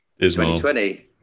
2020